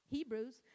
Hebrews